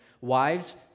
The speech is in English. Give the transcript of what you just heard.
Wives